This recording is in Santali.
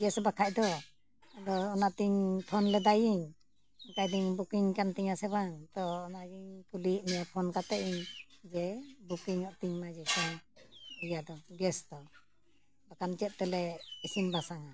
ᱜᱮᱥ ᱵᱟᱠᱷᱟᱱ ᱫᱚ ᱟᱫᱚ ᱚᱱᱟᱛᱤᱧ ᱯᱷᱳᱱ ᱞᱮᱫᱟᱭᱤᱧ ᱚᱱᱠᱟᱭᱫᱟᱹᱧ ᱵᱩᱠᱤᱝ ᱠᱟᱱ ᱛᱤᱧᱟᱹ ᱥᱮ ᱵᱟᱝ ᱛᱚ ᱚᱱᱟᱜᱤᱧ ᱠᱩᱞᱤᱭᱮᱫ ᱢᱮᱭᱟ ᱯᱷᱳᱱ ᱠᱟᱛᱮ ᱤᱧ ᱡᱮ ᱵᱩᱠᱤᱝᱚᱜ ᱛᱤᱧ ᱢᱟ ᱡᱮ ᱤᱭᱟᱹ ᱫᱚ ᱜᱮᱥ ᱫᱚ ᱵᱟᱠᱟᱱ ᱪᱮᱫ ᱛᱮᱞᱮ ᱤᱥᱤᱱ ᱵᱟᱥᱟᱝᱟ